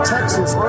Texas